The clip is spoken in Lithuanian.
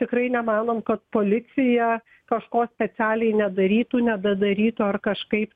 tikrai nemanom kad policija kažko specialiai nedarytų nedadarytų ar kažkaip